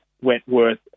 Wentworth